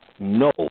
No